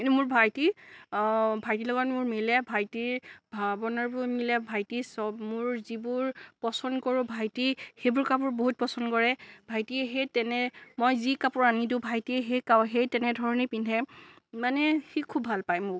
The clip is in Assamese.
মোৰ ভাইটি ভাইটিৰ লগত মোৰ মিলে ভাইটিৰ ভাবনাবোৰ মিলে ভাইটিৰ চব মোৰ যিবোৰ পচন্দ কৰো ভাইটি সেইবোৰ কাপোৰ বহুত পচন্দ কৰে ভাইটিয়ে সেই তেনে মই যি কাপোৰ আনি দিওঁ ভাইটিয়ে সেই তেনেধৰণেই পিন্ধে মানে সি খুব ভাল পায় মোক